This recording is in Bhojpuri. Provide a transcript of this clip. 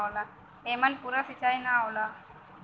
एमन पूरा सींचाई ना होला